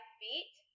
feet